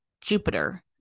Jupiter